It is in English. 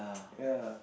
ya